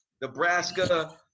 Nebraska